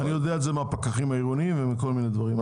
אני יודע את זה מהפקחים העירוניים ומכל מיני דברים.